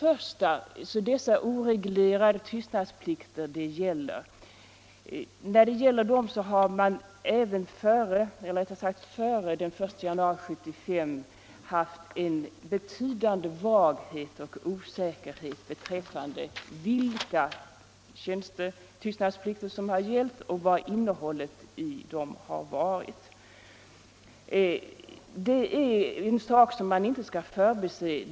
Vad gäller de oreglerade tystnadsplikterna har det före den 1 januari 1975 rått en betydande vaghet och osäkerhet beträffande vilka tystnadsplikter som har gällt och vad deras innehåll varit. Det är något som man inte skall förbise.